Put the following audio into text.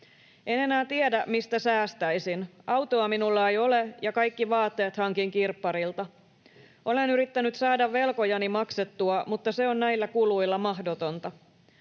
En enää tiedä, mistä säästäisin. Autoa minulla ei ole, ja kaikki vaatteet hankin kirpparilta. Olen yrittänyt saada velkojani maksettua, mutta se on näillä kuluilla mahdotonta.